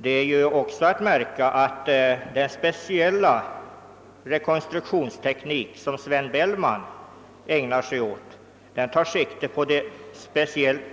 Det är också att märka att den speciella rekonstruktionsteknik som Sven Bellman ägnar sig åt tar särskilt sikte på det